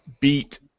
beat